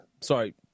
Sorry